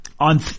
On